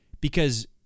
Because-